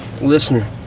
listener